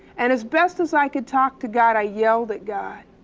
and as best as i could talk to god, i yelled at god.